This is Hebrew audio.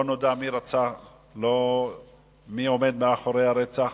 לא נודע מי רצח ומי עומד מאחורי הרצח.